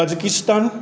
Kazakhstan